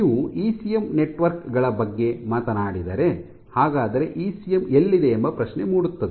ನೀವು ECM network ಗಳ ಬಗ್ಗೆ ಮಾತನಾಡಿದರೆ ಹಾಗಾದರೆ ಇಸಿಎಂ ಎಲ್ಲಿದೆ ಎಂಬ ಪ್ರಶ್ನೆ ಮೂಡುತ್ತೆ